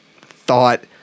thought